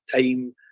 time